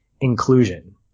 inclusion